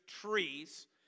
trees